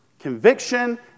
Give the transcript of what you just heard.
Conviction